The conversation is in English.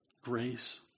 grace